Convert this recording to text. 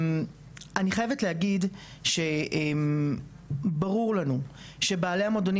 אני חייבת להגיד שברור לנו שבעלי המועדונים